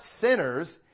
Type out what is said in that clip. sinners